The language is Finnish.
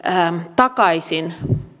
takaisin